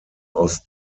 aus